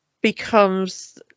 becomes